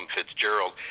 Fitzgerald